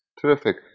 Terrific